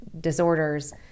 disorders